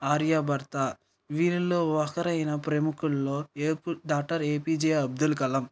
ఆర్యభట్ట వీరిల్లో ఒకరైన ప్రముఖుల్లో doctor A P J Abdul Kalam